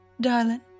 Darling